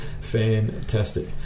fantastic